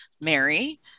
Mary